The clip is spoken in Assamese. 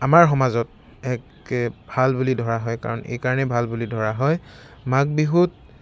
আমাৰ সমাজত এক ভাল বুলি ধৰা হয় কাৰণ এইকাৰণেই ভাল বুলি ধৰা হয় মাঘ বিহুত